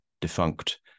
defunct